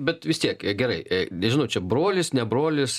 bet vis tiek gerai nežinau čia brolis ne brolis